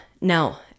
Now